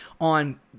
on